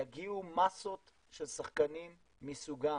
יגיעו מסות של שחקנים מסוגם.